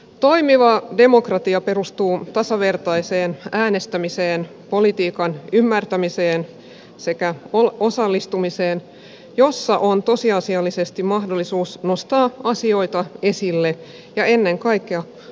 toimiva demokratia perustuu tasavertaiseen äänestämiseen politiikan ymmärtämiseen sekä osallistumiseen jossa on tosiasiallisesti mahdollisuus nostaa asioita esille ja ennen kaikkea vaikuttaa päätöksiin